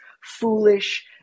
foolish